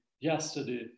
yesterday